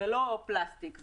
ולא פלסטיק.